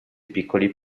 piccoli